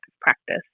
practice